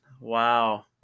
Wow